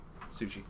sushi